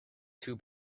two